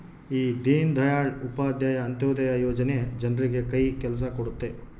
ಈ ದೀನ್ ದಯಾಳ್ ಉಪಾಧ್ಯಾಯ ಅಂತ್ಯೋದಯ ಯೋಜನೆ ಜನರಿಗೆ ಕೈ ಕೆಲ್ಸ ಕೊಡುತ್ತೆ